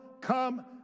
come